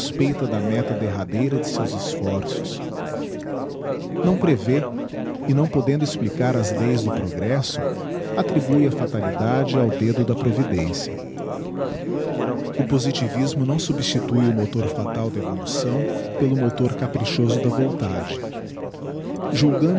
suspeita da meta derradeira de seus esforços não prevê e não podendo explicar as leis do progresso attribue a fatalidade ao dedo da providencia o positivismo não substitue o motor fatal da evolução pelo motor caprichoso da vontade julgandose